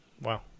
Wow